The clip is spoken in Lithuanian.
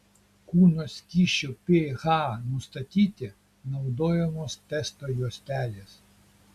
kūno skysčių ph nustatyti naudojamos testo juostelės